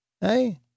Hey